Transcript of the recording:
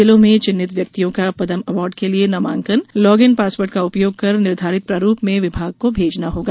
जिलों में चिन्हित व्यक्तियों का पदम अवार्ड के लिये नामांकन लॉग इन पासवर्ड का उपयोग कर निर्धारित प्रारूप में विभाग को भेजना होगा